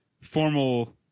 formal